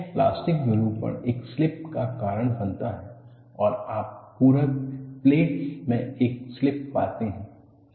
यह प्लास्टिक विरूपण एक स्लिप का कारण बनता है और आप पूरक प्लेनस में एक स्लिप पाते हैं